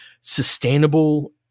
sustainable